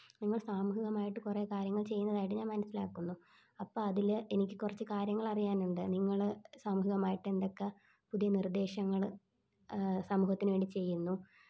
നിങ്ങൾ സാമൂഹികമായിട്ട് കുറേ കാര്യങ്ങൾ ചെയ്യുന്നതായിട്ട് ഞാൻ മനസ്സിലാക്കുന്നു അപ്പം അതിൽ എനിക്ക് കുറച്ച് കാര്യങ്ങൾ അറിയാനുണ്ട് നിങ്ങൾ സൗഹൃദമായിട്ട് എന്തൊക്കെ പുതിയ നിർദ്ദേശങ്ങൾ സമൂഹത്തിന് വേണ്ടി ചെയ്യുന്നു